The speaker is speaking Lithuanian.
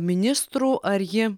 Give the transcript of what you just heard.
ministrų ar ji